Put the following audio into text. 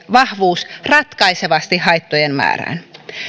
vahvuus ratkaisevasti haittojen määrään